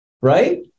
right